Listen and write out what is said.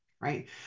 right